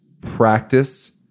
practice